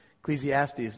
Ecclesiastes